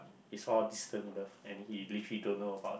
it's all distant birth and he literally don't know about